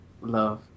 love